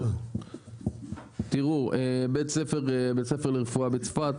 בית ספר לרפואה בצפת.